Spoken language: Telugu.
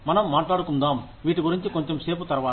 మనం మాట్లాడుకుందాం వీటి గురించి కొంచెం సేపు తరువాత